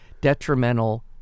detrimental